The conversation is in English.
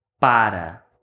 para